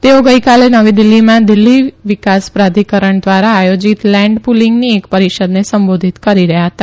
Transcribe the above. તેઓ ગઈકાલે નવી દિલ્ફીમાંં દીલ્ફી વિકાસ પ્રાધિકરણ દ્વારા આયોજિત લેન્ડ પુર્લીંગની એક પરિષદને સંબોધિત કરી રહયાં હતા